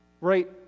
right